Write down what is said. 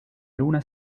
luna